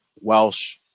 Welsh